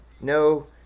no